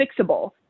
fixable